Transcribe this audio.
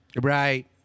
Right